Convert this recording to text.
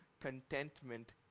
contentment